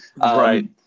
Right